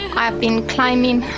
um been climbing,